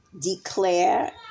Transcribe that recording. declare